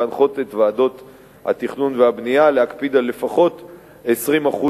להנחות את ועדות התכנון והבנייה להקפיד על לפחות 20%